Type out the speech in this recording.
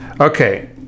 Okay